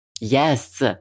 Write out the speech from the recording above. Yes